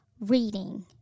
Reading